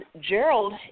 Gerald